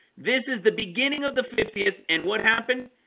this is the beginning of the fiftieth. and what happened?